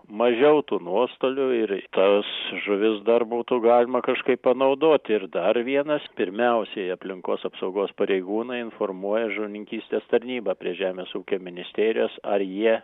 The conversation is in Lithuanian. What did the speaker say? mažiau tų nuostolių ir tas žuvis dar būtų galima kažkaip panaudoti ir dar vienas pirmiausiai aplinkos apsaugos pareigūnai informuoja žuvininkystės tarnybą prie žemės ūkio ministerijos ar jie